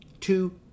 two